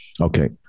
Okay